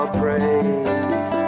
praise